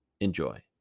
Enjoy